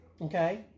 okay